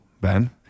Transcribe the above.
Ben